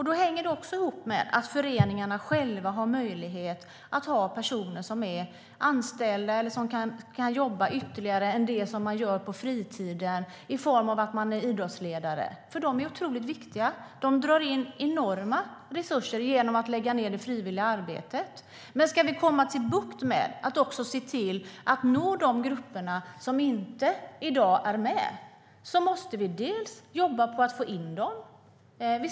Det hänger också ihop med att föreningarna har möjlighet att ha anställda personer eller personer som jobbar som idrottsledare på fritiden. De är otroligt viktiga. De drar in enorma resurser genom att lägga ned frivilligt arbete. Men ska vi få bukt med att nå de grupper som inte deltar i dag måste vi jobba på att få in dem.